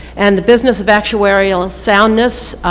and the business of actuarial ah soundness,